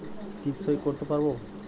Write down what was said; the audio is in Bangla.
টিপ সই করতে পারবো?